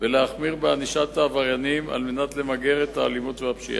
ולהחמיר בענישת העבריינים על מנת למגר את האלימות והפשיעה.